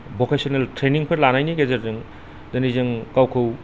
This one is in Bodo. भकेसनेल ट्रैनिंफोर लानायनि गेजेरजों दोनै जों गावखौ